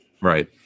Right